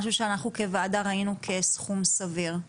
זה משהו שאנחנו, כוועדה, ראינו כסכום סביר.